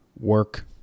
work